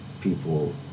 people